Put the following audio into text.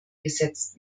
gesetzt